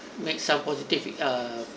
make some positive uh